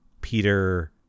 peter